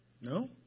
No